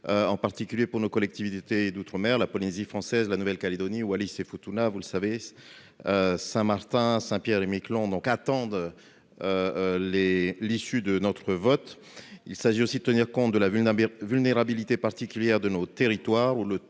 nationale pour nos collectivités d'outre-mer. La Polynésie française, la Nouvelle-Calédonie, Wallis-et-Futuna, Saint-Martin et Saint-Pierre-et-Miquelon attendent l'issue de notre vote. Il s'agit aussi de tenir compte de la vulnérabilité particulière de nos territoires,